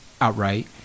outright